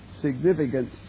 significant